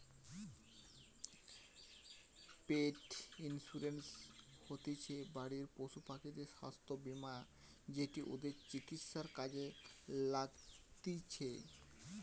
পেট insurance হতিছে বাড়ির পশুপাখিদের স্বাস্থ্য বীমা যেটি ওদের চিকিৎসায় কাজে লাগতিছে